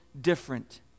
different